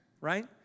right